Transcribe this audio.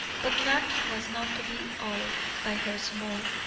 but knapp was not to be awed by her small,